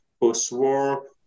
post-war